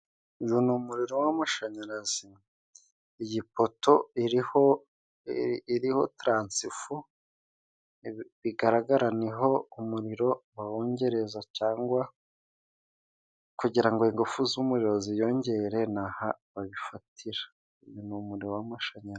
Uyu ni umuriro w'amashanyarazi, iyi poto iriho tiransifo bigaragara, niho umuriro ba wongerezareza cyangwa kugirango ingufu z'umuriro ziyongere, naha babifatira ni umuriro w'amashanyarazi.